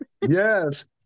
Yes